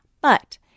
But-